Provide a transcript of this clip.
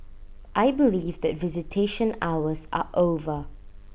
I believe that visitation hours are over